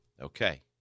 Okay